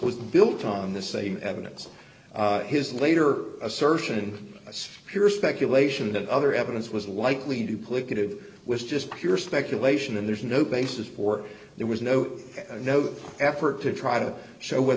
was built on the same evidence his later assertion speirs speculation that other evidence was likely duplicative was just pure speculation and there's no basis for there was no no effort to try to show whe